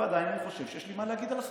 ועדיין אני חושב שיש לי מה להגיד על החקיקה.